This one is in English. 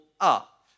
up